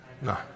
no